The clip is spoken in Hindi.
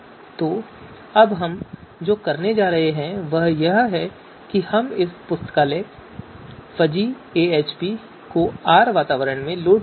तो अब हम जो करने जा रहे हैं वह यह है कि हम इस पुस्तकालय FuzzyAHP को R वातावरण में लोड करेंगे